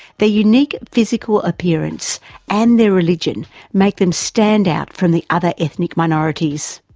their unique physical appearance and their religion make them stand out from the other ethnic minorities.